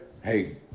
hey